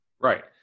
Right